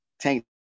Tank